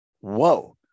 Whoa